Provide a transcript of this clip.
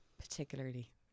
particularly